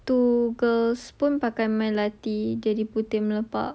two girls pun pakai melati jadi putih melepak